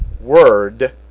word